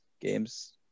games